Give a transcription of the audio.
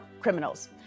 criminals